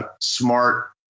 smart